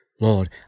Lord